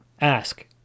ask